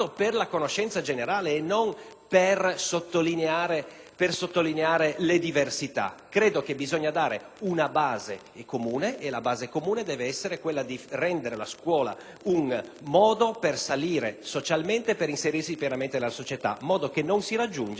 per sottolineare le diversità. Credo che occorra dare una base comune, che deve essere quella di rendere la scuola un modo per salire socialmente, per inserirsi pienamente nella società; ciò non si raggiunge se l'inserimento deve